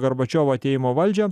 gorbačiovo atėjimo į valdžią